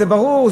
זה ברור,